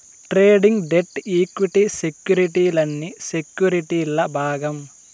trading, debt, equity సెక్యుర్టీలన్నీ సెక్యుర్టీల్ల భాగం